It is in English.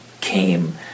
came